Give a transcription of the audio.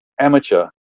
amateur